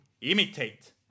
imitate